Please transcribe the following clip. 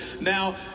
Now